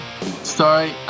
Sorry